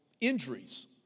injuries